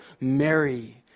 Mary